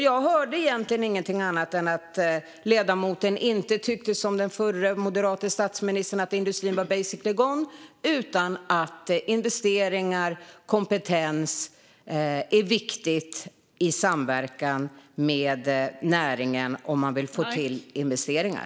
Jag hörde egentligen inte något annat än att ledamoten inte tycker som den förre moderate statsministern, att industrin är basically gone, utan att investeringar och kompetens är viktiga i samverkan med näringen om man vill få till investeringar.